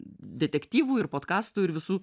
detektyvų ir podkastų ir visų